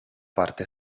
parte